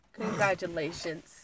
Congratulations